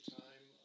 time